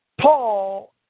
Paul